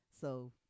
So-